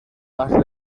más